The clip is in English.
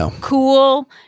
cool